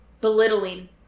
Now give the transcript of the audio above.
belittling